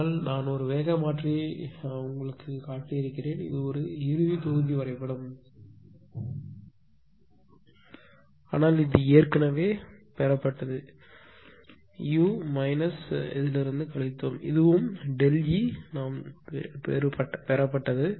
ஆனால் நான் ஒரு வேக மாற்றியை உங்களுக்கு நான் காட்டி இருப்பேன் இது ஒரு இறுதி தொகுதி வரைபடம் ஆனால் இது ஏற்கனவே பெறப்பட்டது u கழித்தோம் இதுவும் ΔEபெறப்பட்டது